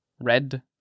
red